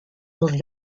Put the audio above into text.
will